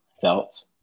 felt